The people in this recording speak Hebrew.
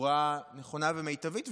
בצורה נכונה ומיטבית,